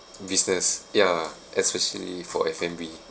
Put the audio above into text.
business ya especially for F&B